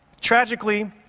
Tragically